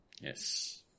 Yes